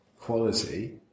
quality